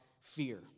fear